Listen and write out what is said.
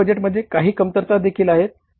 master बजेटमध्ये काही कमतरता देखील आहेत